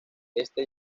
este